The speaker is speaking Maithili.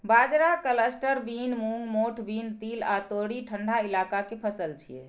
बाजरा, कलस्टर बीन, मूंग, मोठ बीन, तिल आ तोरी ठंढा इलाका के फसल छियै